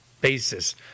basis